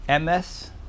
Ms